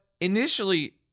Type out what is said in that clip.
initially